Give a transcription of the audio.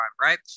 right